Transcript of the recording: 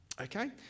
okay